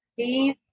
Steve